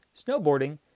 snowboarding